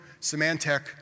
Symantec